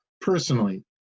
personally